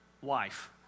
wife